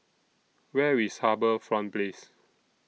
Where IS HarbourFront Place